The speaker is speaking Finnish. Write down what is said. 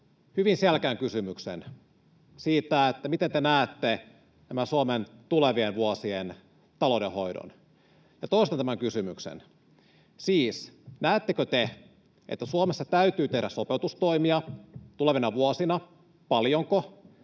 hyvin selkeän kysymyksen siitä, miten te näette Suomen tulevien vuosien taloudenhoidon. Toistan tämän kysymyksen: Näettekö te, että Suomessa täytyy tehdä sopeutustoimia tulevina vuosina? Paljonko?